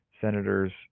senators